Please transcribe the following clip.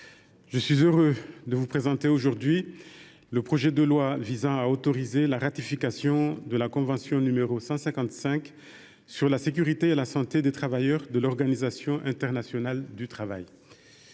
je suis heureux de vous présenter aujourd’hui le projet de loi autorisant la ratification de la convention n° 155 sur la sécurité et la santé des travailleurs, 1981, de l’Organisation internationale du travail